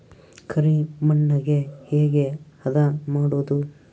ಕರಿ ಮಣ್ಣಗೆ ಹೇಗೆ ಹದಾ ಮಾಡುದು?